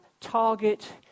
target